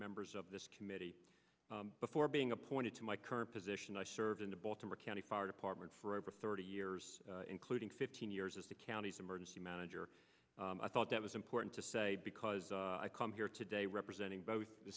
members of this committee before being appointed to my current position i served in the baltimore county fire department for over thirty years including fifteen years as the county's emergency manager i thought that was important to say because i come here today representing both the